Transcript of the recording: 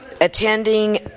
attending